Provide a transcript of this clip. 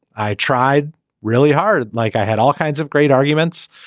i tried really hard. like i had all kinds of great arguments.